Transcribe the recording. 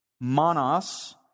Monos